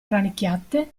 rannicchiate